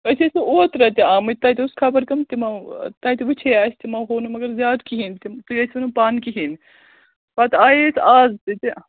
أسۍ ٲسِو اوترٕ تہِ آمٕتۍ تَتہِ اوس خَبر کَم تِمو تَتہِ وٕچھے اَسہِ تِمو ہوو نہٕ مگر زیادٕ کِہیٖنۍ تِم تُہۍ ٲسۍوٕ نہٕ پانہٕ کِہیٖنۍ پَتہٕ آیے أسۍ آز تہِ تہِ